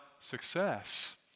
success